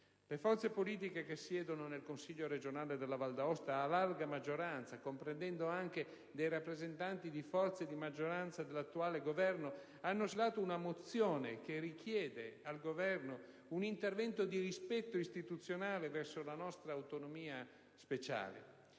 Le forze politiche che siedono nel Consiglio regionale della Valle d'Aosta a larga maggioranza - compresi anche alcuni rappresentanti di forze dell'attuale maggioranza di Governo - hanno siglato una mozione che richiede al Governo un intervento di rispetto istituzionale verso la nostra autonomia speciale,